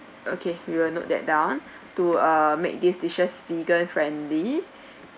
okay we will note that down to err make these dishes vegan friendly